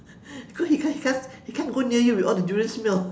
because he can't he can't he can't go near you with all the durian smell